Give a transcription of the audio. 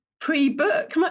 pre-book